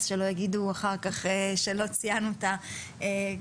שלא יגידו אחר כך שלא ציינו גם דברים.